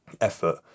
effort